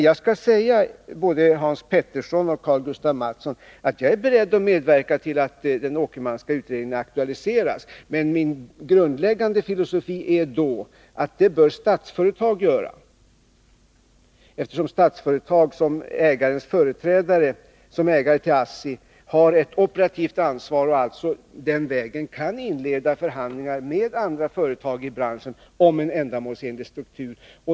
Jag kan säga både till Hans Petersson och Karl-Gustaf Mathsson att jag är beredd att medverka till att den Åkermanska utredningen aktualiseras, men min grundläggande filosofi är då att Statsföretag bör göra detta, eftersom Statsföretag som ägare av ASSI har ett operativt ansvar och alltså den vägen kan inleda förhandlingar med andra företag i branschen om en ändamålsenlig struktur.